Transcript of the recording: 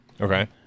okay